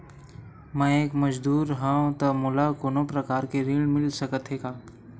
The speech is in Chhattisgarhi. मैं एक मजदूर हंव त मोला कोनो प्रकार के ऋण मिल सकत हे का?